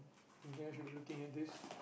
I think I should be looking at this